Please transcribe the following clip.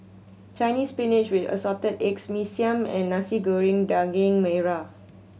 Chinese Spinach with Assorted Eggs Mee Siam and Nasi Goreng Daging Merah